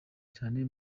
cyane